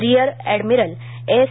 rear admiral S